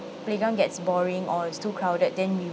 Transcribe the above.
playground gets boring or is too crowded then we